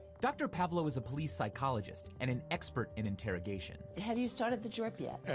dr pavlo is a police psychologist and an expert in interrogations. have you started the drip yet?